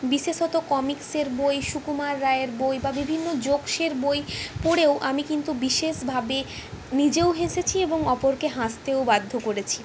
বিশেষত কমিকসের বই সুকুমার রায়ের বই বা বিভিন্ন জোকসের বই পড়েও আমি আমি কিন্তু বিশেষভাবে নিজেও হেসেছি এবং অপরকে হাসতেও বাধ্য করেছি